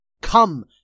Come